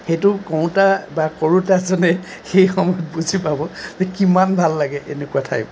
সেইটো কওঁতা বা কৰোঁতাজনে সেই সময়ত বুজি পাব যে কিমান ভাল লাগে এনেকুৱা ঠাইত